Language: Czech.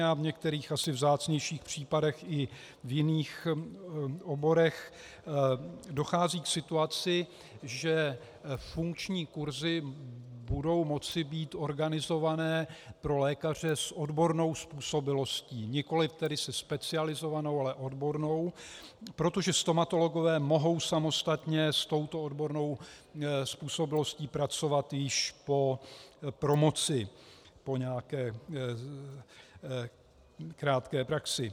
U stomatologů speciálně a v některých asi vzácnějších případech i v jiných oborech dochází k situaci, že funkční kurzy budou moci být organizované pro lékaře s odbornou způsobilostí, nikoliv tedy se specializovanou, ale odbornou, protože stomatologové mohou samostatně s touto odbornou způsobilostí pracovat již po promoci po nějaké krátké praxi.